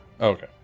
okay